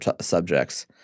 subjects